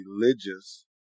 religious